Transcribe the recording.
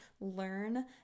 learn